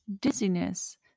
dizziness